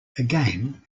again